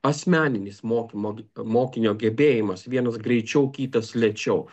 asmeninis mokymo mokinio gebėjimas vienas greičiau kitas lėčiau